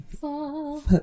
Fall